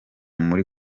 muri